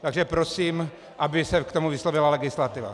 Takže prosím, aby se k tomu vyslovila legislativa.